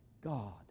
God